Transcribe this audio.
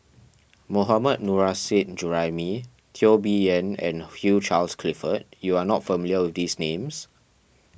Mohammad Nurrasyid Juraimi Teo Bee Yen and Hugh Charles Clifford you are not familiar with these names